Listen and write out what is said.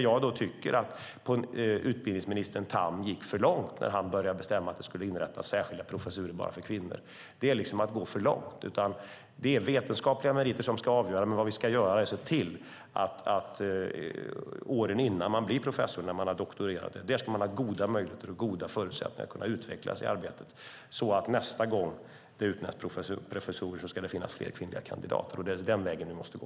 Jag tycker att utbildningsminister Tamm gick för långt när han bestämde att det skulle inrättas särskilda professurer bara för kvinnor. Det är att gå för långt. Det är vetenskapliga meriter som ska avgöra. Vi ska se till att man har goda möjligheter att utvecklas i arbetet åren innan man blir professor - när man har doktorerat - så att det nästa gång det ska utnämnas professorer finns fler kvinnliga kandidater. Det är den vägen vi måste gå.